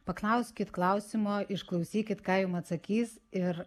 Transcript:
paklauskit klausimo išklausykit ką jum atsakys ir